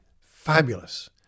fabulous